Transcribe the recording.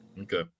Okay